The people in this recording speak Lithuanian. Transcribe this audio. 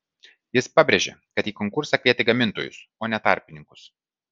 jis pabrėžė kad į konkursą kvietė gamintojus o ne tarpininkus